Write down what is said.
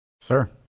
Sir